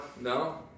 No